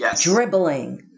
dribbling